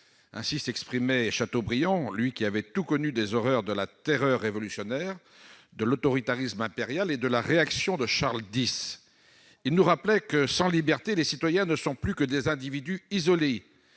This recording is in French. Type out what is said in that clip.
Ainsi s'exprimait Chateaubriand, lui qui avait tout connu des horreurs de la terreur révolutionnaire, de l'autoritarisme impérial et de la réaction de Charles X. Il nous rappelait que sans liberté les citoyens ne sont plus que des individus isolés,